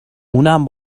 اونم